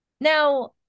now